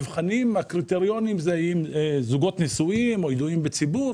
הקריטריונים אומרים זוגות נשואים או ידועים בציבור,